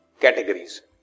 categories